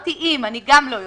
אני גם לא יודעת.